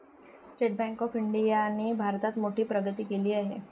state Bank of इंडियाने भारतात मोठी प्रगती केली आहे